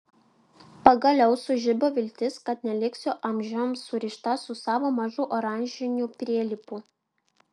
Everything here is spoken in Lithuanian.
pagaliau sužibo viltis kad neliksiu amžiams surišta su savo mažu oranžiniu prielipu